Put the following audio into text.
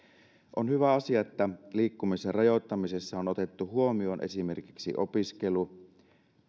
on hyvä asia että liikkumisen rajoittamisessa on otettu huomioon esimerkiksi opiskelu